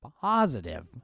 positive